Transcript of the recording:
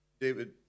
David